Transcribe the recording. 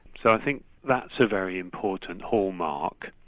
so i think that's a very important hallmark.